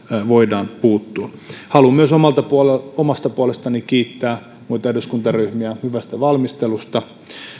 voidaan puuttua haluan myös omasta puolestani kiittää muita eduskuntaryhmiä hyvästä valmistelusta